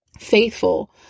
faithful